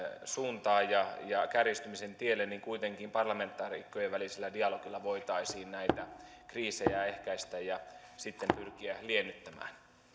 suuntaan ja ja kärjistymisen tielle niin kuitenkin parlamentaarikkojen välisellä dialogilla voitaisiin näitä kriisejä ehkäistä ja sitten pyrkiä liennyttämään